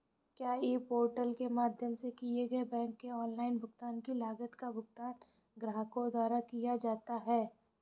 क्या e portal के माध्यम से किए गए बैंक के ऑनलाइन भुगतान की लागत का भुगतान ग्राहकों द्वारा किया जाता है?